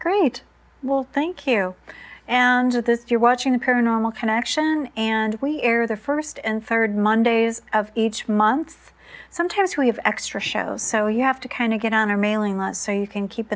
great well thank you and at this you're watching paranormal connection and we air the first and third mondays of each month sometimes we have extra shows so you have to kind of get on our mailing list so you can keep